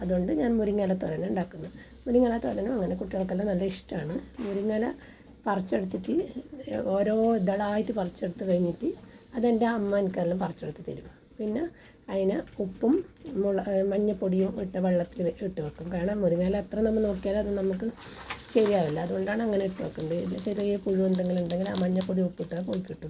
അതു കൊണ്ട് ഞാൻ മുരിങ്ങയില തോരൻ ഉണ്ടാക്കുന്നു മുരിങ്ങയില തോരൻ അങ്ങനെ കുട്ടികൾ ക്ക് എല്ലാം നല്ല ഇഷ്ടമാണ് മുരിങ്ങയില പറിച്ചെടുത്തിട്ട് ഓരോ ഇതളായിട്ട് പറിച്ചെടുത്ത് കഴിഞ്ഞിട്ട് അത് എൻ്റെ അമ്മ എനിക്ക് എല്ലാം പറിച്ചെടുത്ത് തരും പിന്നെ അതിന് ഉപ്പും മുള മഞ്ഞപൊടിയും ഇട്ട വെള്ളത്തിലിട്ട് വെക്കും കാരണം മുരിങ്ങയില എത്ര നമുക്ക് നോക്കിയാലും അത് നമുക്ക് ശരിയാകില്ല അതു കൊണ്ടാണ് അങ്ങനെയിട്ട് വെക്കുന്നത് ചെറിയ പുഴു എന്തെങ്കിലും ഉണ്ടേൽ ആ മഞ്ഞപ്പൊടിയും ഉപ്പും ഇട്ടാൽ പോയിക്കിട്ടും